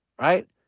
right